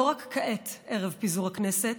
לא רק כעת, ערב פיזור הכנסת,